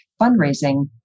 fundraising